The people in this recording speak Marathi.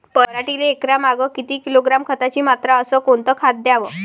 पराटीले एकरामागं किती किलोग्रॅम खताची मात्रा अस कोतं खात द्याव?